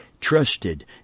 trusted